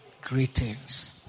greetings